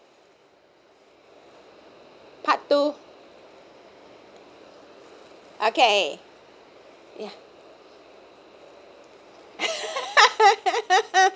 part two okay ya